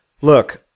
look